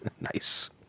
Nice